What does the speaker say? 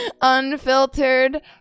Unfiltered